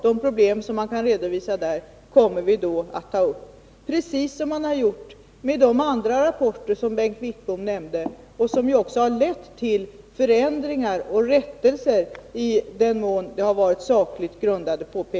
De problem som redovisas där kommer vi då att ta upp, precis som vi har gjort med andra rapporter som Bengt Wittbom nämnde och som också lett till förändringar och rättelser i den mån påpekandena varit sakligt grundade.